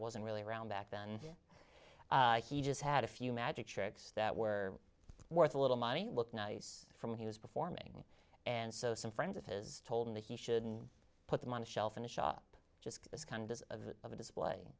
wasn't really around back then he just had a few magic tricks that were worth a little money look nice from he was performing and so some friends of his told him that he shouldn't put them on a shelf in a shop just this kind of a display